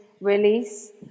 release